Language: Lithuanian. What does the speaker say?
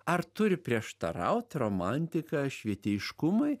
ar turi prieštaraut romantika švietėjiškumui